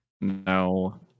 No